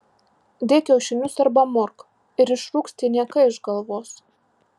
dėk kiaušinius arba murk ir išrūks tie niekai iš galvos